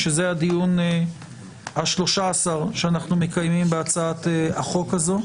שזה הדיון ה-13 שאנחנו מקיימים בהצעת החוק הזאת.